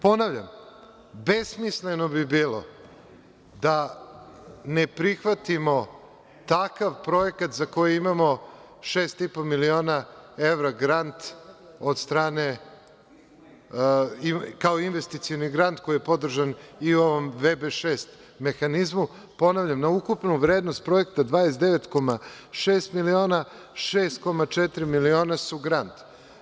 Ponavljam, besmisleno bi bilo da ne prihvatimo takav projekat za koji imamo 6,5 miliona evra grant kao investicioni grant koji je podržan i u ovom VB6 mehanizmu, ponavljam, na ukupnu vrednost projekta 29,6 miliona, 6,4 miliona su grant.